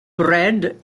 bred